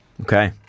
Okay